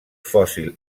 fòssil